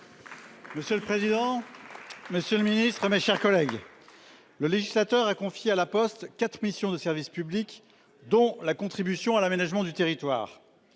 Monsieur le président. Monsieur le Ministre, mes chers collègues. Le législateur a confié à La Poste, 4 missions de service public dont la contribution à l'aménagement du territoire.